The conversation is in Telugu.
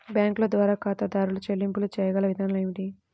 బ్యాంకుల ద్వారా ఖాతాదారు చెల్లింపులు చేయగల విధానాలు ఏమిటి?